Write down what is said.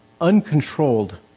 uncontrolled